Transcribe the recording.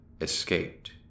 escaped